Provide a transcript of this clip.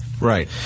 Right